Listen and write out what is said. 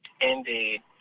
Indeed